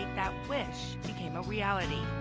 that wish became a reality.